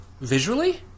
Visually